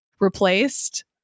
replaced